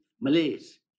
Malays